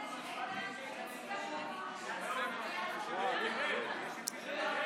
הגנה), התשפ"א 2021, לוועדה לביטחון הפנים נתקבלה.